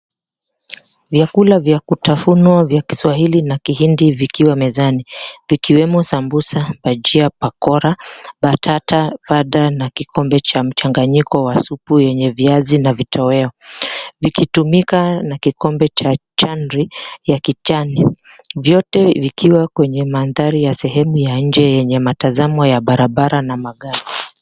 Vyakula vya kutafunwa vya kiswahili na kihindi vikiwa mezani. Vikiwemo sambusa, bajia, pakora, batata, rada na kikombe cha mchanganyiko wa supu yenye viazi na vitoweo. Vikitumika na kikombe cha chandri ya kijani. Vyote vikiwa kwenye mandhari ya sehemu ya nje yenye matazamo ya barabara na magari.